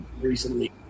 recently